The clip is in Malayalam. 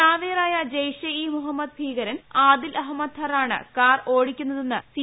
ചാവേറായ ജയ്ഷ് ഇ മുഹമ്മദ് ഭീക്രർൻ ആദിൽ അഹമ്മദ് ധറാണ് കാർ ഓടിക്കുന്നതെന്ന് സി